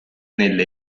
nelle